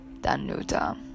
Danuta